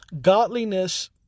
Godliness